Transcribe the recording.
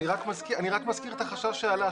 אני רק מזכיר את החשש שעלה,